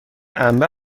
انبه